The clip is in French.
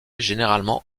généralement